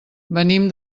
venim